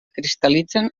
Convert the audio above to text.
cristal·litzen